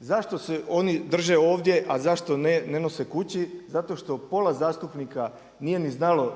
Zašto se oni drže ovdje a zašto ne nose kući? Zato što pola zastupnika nije ni znalo